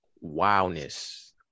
wildness